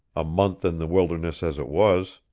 a month in the wilderness as it was,